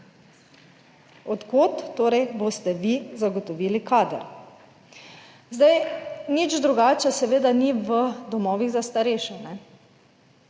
Od kod torej boste vi zagotovili kader? Zdaj, nič drugače seveda ni v domovih za starejše.